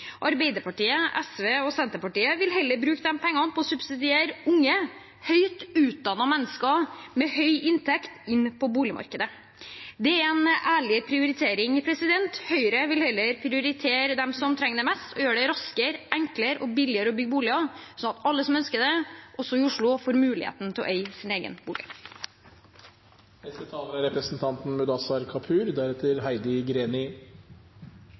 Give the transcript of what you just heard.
Arbeiderpartiet, SV og Senterpartiet vil heller bruke pengene på å subsidiere unge høyt utdannede mennesker med høy inntekt inn på boligmarkedet. Det er en ærlig prioritering. Høyre vil heller prioritere dem som trenger det mest, og gjøre det raskere, enklere og billigere å bygge boliger, sånn at alle som ønsker det, også i Oslo, får muligheten til å eie sin egen bolig. Det er